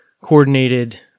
coordinated